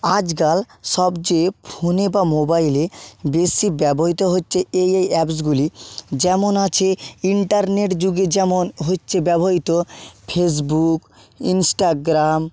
আজকাল সবচেয়ে ফোনে বা মোবাইলে বেশি ব্যবহৃত হচ্ছে এই এই অ্যাপসগুলি যেমন আছে ইন্টারনেট যুগে যেমন হচ্ছে ব্যবহৃত ফেসবুক ইনস্টাগ্রাম